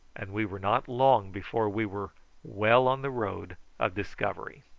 and we were not long before we were well on the road of discovery.